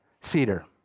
cedar